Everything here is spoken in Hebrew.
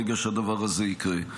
ברגע שהדבר הזה יקרה.